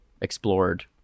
explored